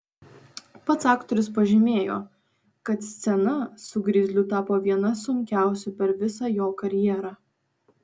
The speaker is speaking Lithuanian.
pats aktorius pažymėjo kad scena su grizliu tapo viena sunkiausių per visą jo karjerą